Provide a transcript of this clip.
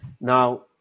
Now